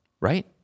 right